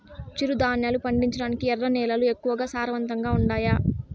చిరుధాన్యాలు పండించటానికి ఎర్ర నేలలు ఎక్కువగా సారవంతంగా ఉండాయా